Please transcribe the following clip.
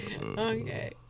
Okay